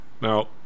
Now